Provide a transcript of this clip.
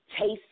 taste